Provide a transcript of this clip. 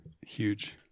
huge